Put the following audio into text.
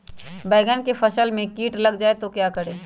बैंगन की फसल में कीट लग जाए तो क्या करें?